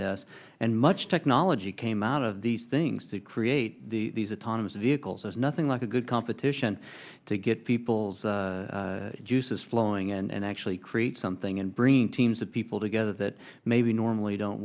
this and much technology came out of these things to create the autonomous vehicles there's nothing like a good competition to get people's juices flowing and actually create something and bring teams of people together that maybe normally don't